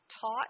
taught